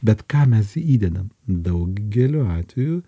bet ką mes įdedam daugeliu atveju